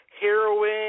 heroin